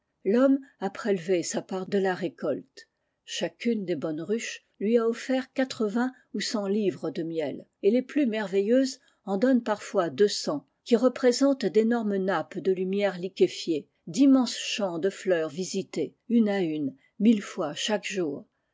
l'homme a prélevé sa part de la récolte chacune des bonnes ruches lui a offert quatrevingts ou cent livres de miel et les plus merveilleuses en donnent parfois deux cents qui représentent d'énormes nappes de lumière liquéfiée d'immenses champs de fleurs visitées une à une mille fois chaque jour